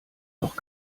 doch